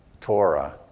Torah